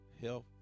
health